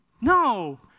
No